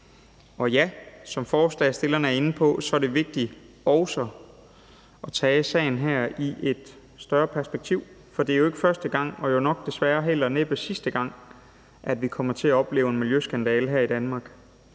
Og ja, som forslagsstillerne er inde på, er det vigtigt også at se sagen her i et større perspektiv, for det er jo ikke første gang og desværre nok heller ikke sidste gang, at vi kommer til at opleve en miljøskandale her i Danmark.